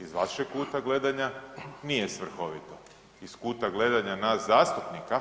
Iz vašeg kuta gledanja nije svrhovito, iz kuta gledanja nas zastupnika